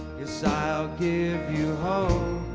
yes, i'll give you hope